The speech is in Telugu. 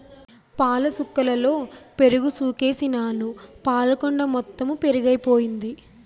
పాలసుక్కలలో పెరుగుసుకేసినాను పాలకుండ మొత్తెము పెరుగైపోయింది